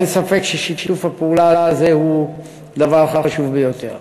ואין ספק ששיתוף הפעולה הזה הוא דבר חשוב ביותר.